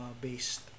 based